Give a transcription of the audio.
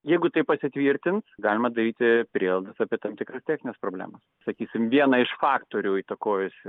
jeigu tai pasitvirtins galima daryti prielaidas apie tam tikras technines problemas sakysim vieną iš faktorių įtakojusių